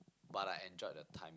but I enjoyed the time